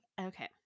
Okay